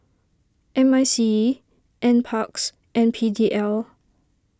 M I C E NParks and P D L